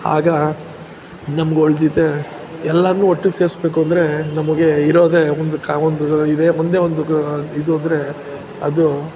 ಆಗ ನಮ್ಗೆ ಉಳಿದಿದ್ದ ಎಲ್ಲರನ್ನೂ ಒಟ್ಟಿಗೆ ಸೇರಿಸ್ಬೇಕು ಅಂದರೆ ನಮಗೆ ಇರೋದೆ ಒಂದು ಕಾ ಒಂದು ಇದೆ ಒಂದೇ ಒಂದು ಇದು ಅಂದರೆ ಅದು